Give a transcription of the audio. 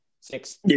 six